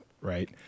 right